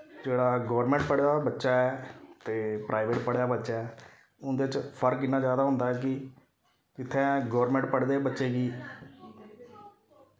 जेह्ड़ा गौरमेंट पढ़े दा बच्चा ऐ ते प्राईवेट पढ़े दा बच्चा ऐ उंदे च फर्क इन्ना जैदा होंदा कि इत्थै गौरमेंट पढ़दे बच्चे गी